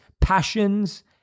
passions